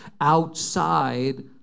outside